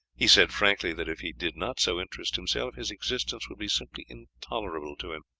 he said frankly that if he did not so interest himself his existence would be simply intolerable to him.